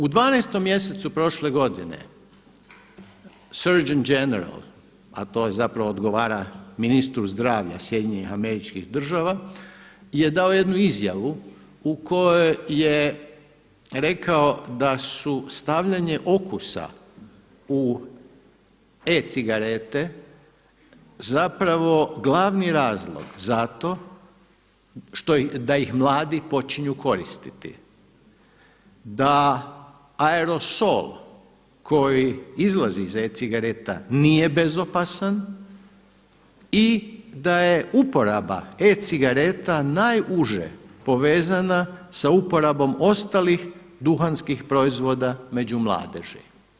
U 12. mjesecu prošle godine Search and general, a to zapravo odgovara ministru zdravlja SAD-a je dao jednu izjavu u kojoj je rekao da su stavljanje okusa u e-cigarete zapravo glavni razlog da ih mladi počnu koristiti, da aerosol koji izlazi iz e-cigareta nije bezopasan i da je uporaba e-cigareta najuže povezana sa uporabom ostalih duhanskih proizvoda među mladeži.